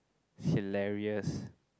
hilarious